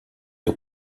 aux